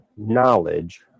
knowledge